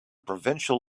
provincial